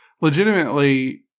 legitimately